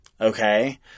Okay